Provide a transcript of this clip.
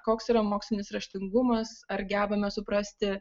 koks yra mokslinis raštingumas ar gebame suprasti